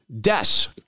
deaths